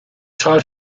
taught